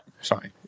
sorry